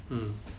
mm